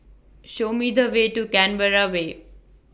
Show Me The Way to Canberra Way